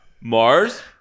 Mars